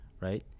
Right